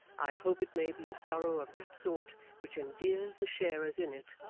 i hope it may be a sorrow of that sort which endears the sharers in it,